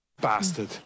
Bastard